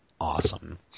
awesome